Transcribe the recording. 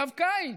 עכשיו קיץ,